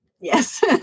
Yes